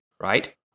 right